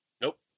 Nope